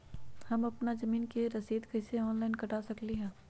हम अपना जमीन के रसीद कईसे ऑनलाइन कटा सकिले?